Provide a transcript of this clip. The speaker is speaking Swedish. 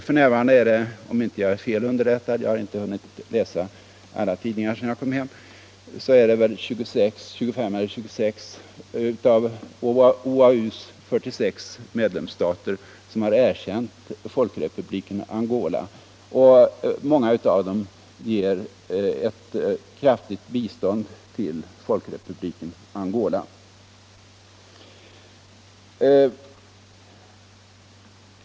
F.n. är det om jag inte är fel underrättad — jag har inte hunnit läsa alla tidningar sedan jag kom hem —2S5 eller 26 av OA U:s 46 medlemsstater som har erkänt Folkrepubliken Angola, och några av dem ger ett kraftigt materiellt bistånd till Folkrepubliken Angola.